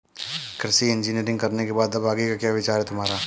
कृषि इंजीनियरिंग करने के बाद अब आगे का क्या विचार है तुम्हारा?